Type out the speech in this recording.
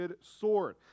sword